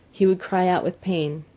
he would cry out with pain.